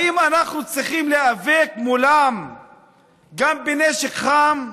האם אנחנו צריכים להיאבק מולם גם בנשק חם?